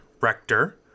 Rector